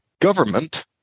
government –